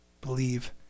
Believe